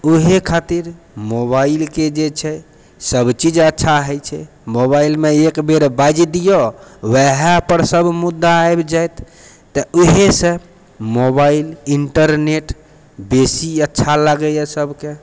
उहे खातिर मोबाइलके जे छै सब चीज अच्छा होइ छै मोबाइलमे एक बेर बाजि दियौ वएहपर सब मुद्दा आबि जायत तऽ उहेसँ मोबाइल इन्टरनेट बेसी अच्छा लागैए सबके